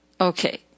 Okay